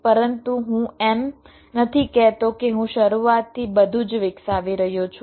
પરંતુ હું એમ નથી કહેતો કે હું શરૂઆતથી બધું જ વિકસાવી રહ્યો છું